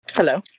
Hello